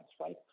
right